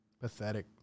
Pathetic